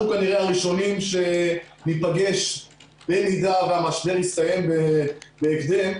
אנחנו כנראה הראשונים שניפגש במידה והמשבר יסתיים בהקדם,